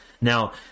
Now